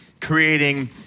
creating